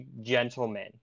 gentlemen